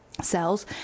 cells